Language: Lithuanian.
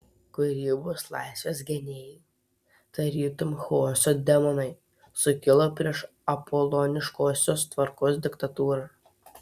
kūrybos laisvės genijai tarytum chaoso demonai sukilo prieš apoloniškosios tvarkos diktatūrą